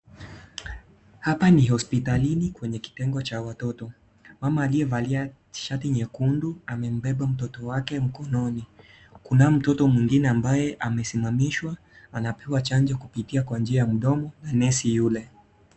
Hapa ni hospitalini kwenye kitengo cha watoto. Mama aliyevalia shati nyekundu amembemba mtoto wake mkononi. Kunaye mtoto mwingine ambaye amesimamishwa anapewa chajo kupitia kwa njia ya mdomo na nesi yule.